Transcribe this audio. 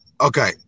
Okay